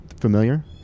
familiar